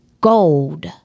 gold